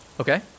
Okay